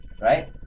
right